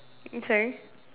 okay